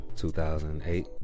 2008